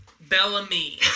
Bellamy